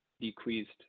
decreased